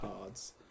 cards